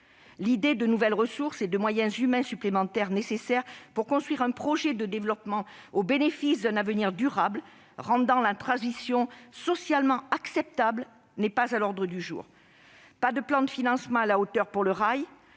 mobiliser de nouvelles ressources et des moyens humains supplémentaires pour construire un projet de développement au bénéfice d'un avenir durable rendant la transition socialement acceptable n'est pas à l'ordre du jour : pas de plan de financement à la hauteur pour le rail,